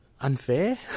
unfair